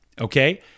Okay